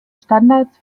standards